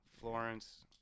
Florence